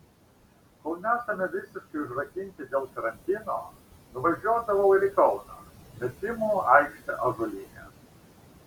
kol nesame visiškai užrakinti dėl karantino nuvažiuodavau ir į kauną metimų aikštę ąžuolyne